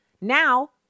Now